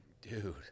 Dude